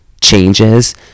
changes